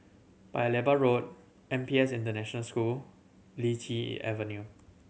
Paya Lebar Road N P S International School Lichi Avenue